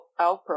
Alpro